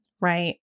Right